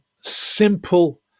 simple